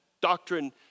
doctrine